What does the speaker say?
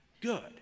good